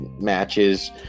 matches